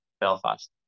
Belfast